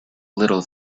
little